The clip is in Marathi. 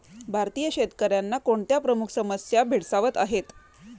भारतीय शेतकऱ्यांना कोणत्या प्रमुख समस्या भेडसावत आहेत?